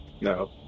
No